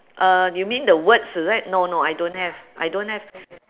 uh you mean the words is it no no I don't have I don't have